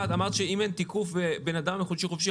שאם אין תיקוף של בן אדם עם חופשי-חודשי,